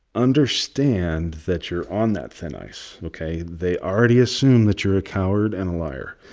understand that you're on that thin ice, ok? they already assume that you're a coward and a liar.